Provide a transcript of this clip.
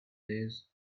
ears